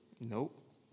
Nope